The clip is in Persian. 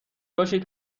باشید